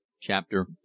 Chapter